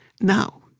Now